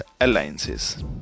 alliances